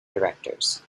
directors